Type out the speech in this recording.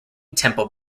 temple